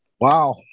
wow